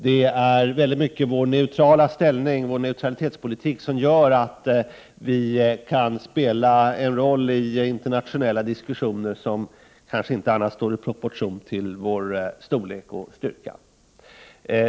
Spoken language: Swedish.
Det är ju vår neutrala ställning och neutralitetspolitik som gör att vi kan spela en roll i internationella diskussioner som kanske inte annars står i proportion till vår storlek och styrka.